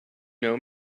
know